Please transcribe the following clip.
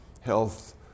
health